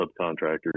subcontractors